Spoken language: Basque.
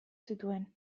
zituen